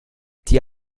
die